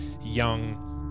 young